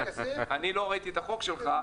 אני לא ראיתי את החוק שלך,